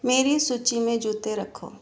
मेरी सूची में जूते रखो